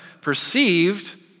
perceived